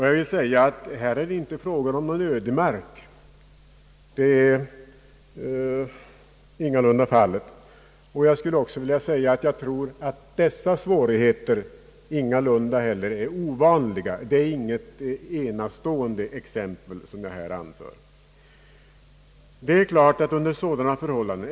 Jag vill framhålla att det här inte är fråga om någon ödemark. Jag tror även att dessa svårigheter ingalunda är ovanliga. Det är inte något enastående exempel, som jag här anför.